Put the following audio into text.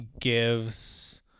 gives